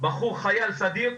בחור חייל בסדיר,